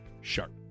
sharp